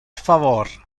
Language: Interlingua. favor